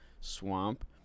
swamp